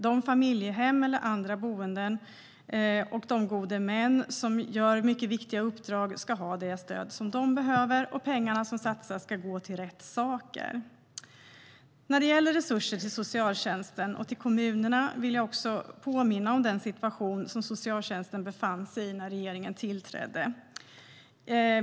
De familjehem eller andra boenden och de gode män som gör mycket viktiga uppdrag ska ha det stöd som de behöver, och pengarna som satsas ska gå till rätt saker. När det gäller resurser till socialtjänsten och kommunerna vill jag påminna om den situation som socialtjänsten befann sig i när regeringen tillträdde.